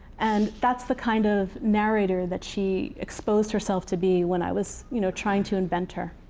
and that's the kind of narrator that she exposed herself to be when i was you know trying to invent her.